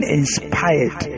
inspired